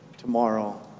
tomorrow